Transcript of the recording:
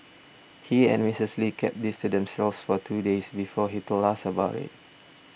he and Miss Lee kept this to themselves for two days before he told us about it